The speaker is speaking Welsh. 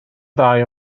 ddau